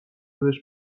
بهش